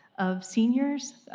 of seniors.